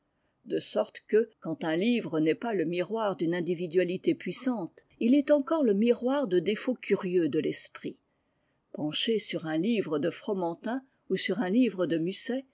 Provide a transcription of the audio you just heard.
de sorte que quand un livre n'est pas le miroir d'une individualité puissante il est encore le miroir de défauts curieux de l'esprit penchés sur un livre de fromentin ou sur un livre de musset